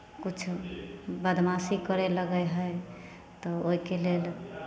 किछु बदमाशी करय लगै हइ तऽ ओहिके लेल